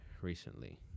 recently